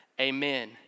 Amen